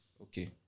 Okay